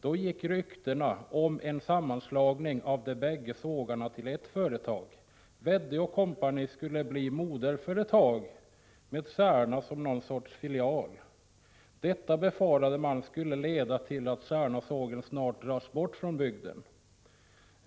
Då gick rykten om en sammanslagning av de båda sågarna till ett företag. Wedde & Co skulle bli moderföretag med Särnasågen som någon sorts filial. Människorna i Särna befarade att detta skulle leda till att Särnasågen snart upphörde med sin verksamhet i bygden.